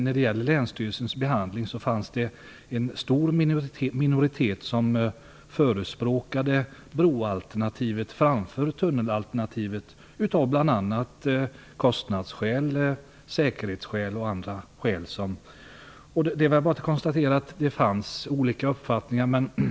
Vid länsstyrelsens behandling fanns det en stor minoritet som förespråkade broalternativet framför tunnelalternativet av kostnadsskäl, säkerhetsskäl och andra skäl. Det är bara att konstatera att det fanns olika uppfattningar.